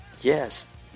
Yes